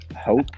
hope